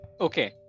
Okay